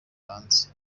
hanze